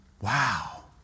Wow